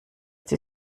die